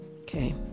Okay